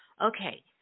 okay